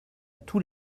tous